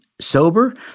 sober